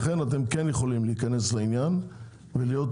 לכן אתם כן יכולים להיכנס לעניין ולהיות